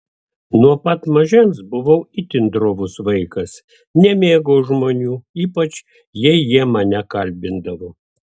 nuo pat mažens buvau itin drovus vaikas nemėgau žmonių ypač jei jie mane kalbindavo